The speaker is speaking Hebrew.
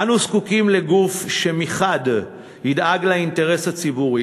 אנו זקוקים לגוף שמחד גיסא ידאג לאינטרס הציבורי